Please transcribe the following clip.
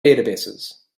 databases